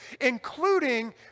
including